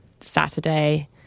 Saturday